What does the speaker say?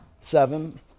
seven